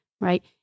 right